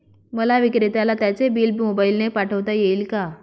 मला विक्रेत्याला त्याचे बिल मोबाईलने पाठवता येईल का?